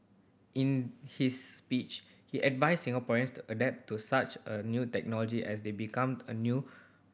in his speech he advises Singaporeans to adapt to such a new technology as they become a new